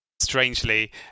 strangely